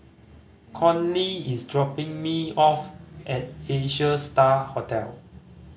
Conley is dropping me off at Asia Star Hotel